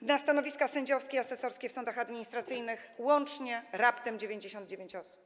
na stanowiska sędziowskie, asesorskie w sądach administracyjnych łącznie raptem 99 osób.